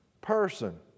person